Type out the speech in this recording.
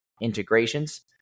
integrations